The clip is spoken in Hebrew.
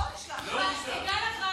לא נשלח.